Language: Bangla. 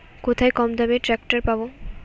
কোথায় কমদামে ট্রাকটার পাব?